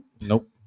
Nope